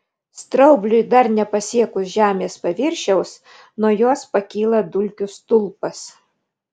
straubliui dar nepasiekus žemės paviršiaus nuo jos pakyla dulkių stulpas